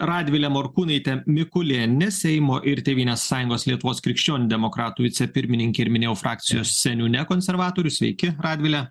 radvile morkūnaite mikulėniene seimo ir tėvynės sąjungos lietuvos krikščionių demokratų vicepirmininke ir minėjau frakcijos seniūne konservatorių sveiki radvile